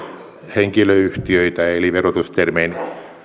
henkilöyhtiöitä eli verotustermein